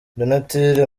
donatille